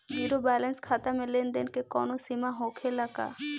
Zero balance खाता में लेन देन के कवनो सीमा होखे ला का?